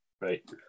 Right